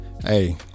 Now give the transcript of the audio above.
Hey